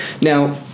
Now